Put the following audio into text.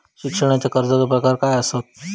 शिक्षणाच्या कर्जाचो प्रकार काय आसत?